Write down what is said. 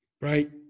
right